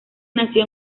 nació